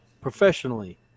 professionally